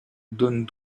donne